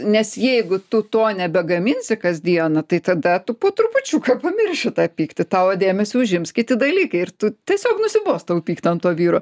nes jeigu tu to nebegaminsi kasdieną tai tada tu po trupučiuką pamirši tą pyktį tavo dėmesį užims kiti dalykai ir tu tiesiog nusibos tau pykt ant to vyro